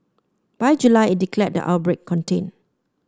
by July it declared the outbreak contained